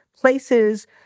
places